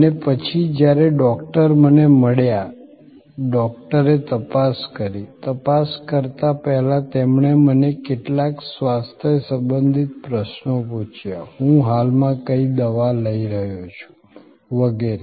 અને પછી જ્યારે ડૉક્ટર મને મળ્યા ડૉક્ટરે તપાસ કરી તપાસ કરતાં પહેલાં તેમણે મને કેટલાક સ્વાસ્થ્ય સંબંધિત પ્રશ્નો પૂછ્યા હું હાલમાં કઈ દવાઓ લઈ રહ્યો છું વગેરે